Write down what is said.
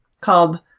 called